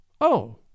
Oh